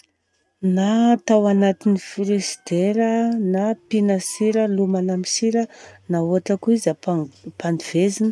Na atao anatin'ny frigidaire a, na ampiana sira, lomana amin'ny sira na ohatra koa izy ampandi- ampadivezina.